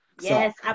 Yes